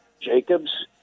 Jacobs